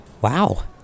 Wow